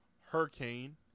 hurricane